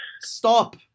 Stop